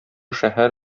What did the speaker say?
шәһәр